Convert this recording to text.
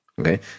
okay